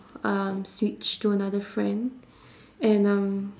um switch to another friend and um